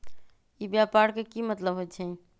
ई व्यापार के की मतलब होई छई?